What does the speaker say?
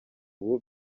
ubu